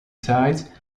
sides